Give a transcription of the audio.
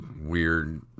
weird